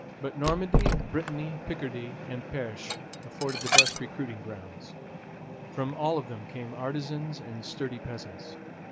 but normandy, brittany, picardy, and perche afforded the best recruiting grounds from all of them came artisans and sturdy peasants.